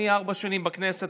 אני ארבע שנים בכנסת,